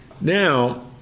now